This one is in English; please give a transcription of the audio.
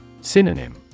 Synonym